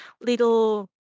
little